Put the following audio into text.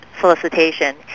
solicitation